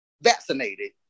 vaccinated